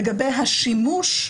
לגבי השימוש,